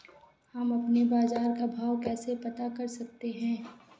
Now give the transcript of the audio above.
हम अपने बाजार का भाव कैसे पता कर सकते है?